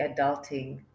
adulting